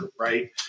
right